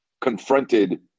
confronted